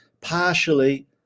partially